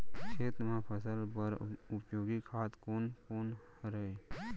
खेत म फसल बर उपयोगी खाद कोन कोन हरय?